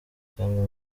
cyangwa